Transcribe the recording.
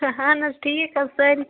اہن حظ ٹھیٖک حظ سٲری